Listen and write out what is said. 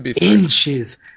inches